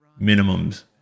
minimums